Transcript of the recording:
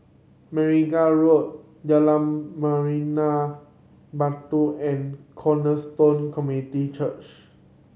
Road Jalan Memrina Barat and Cornerstone Community Church